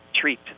treat